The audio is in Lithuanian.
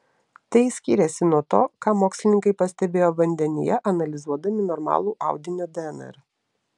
tai skyrėsi nuo to ką mokslininkai pastebėjo vandenyje analizuodami normalų audinio dnr